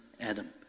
Adam